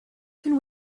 can